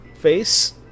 face